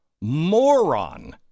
moron